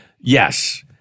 yes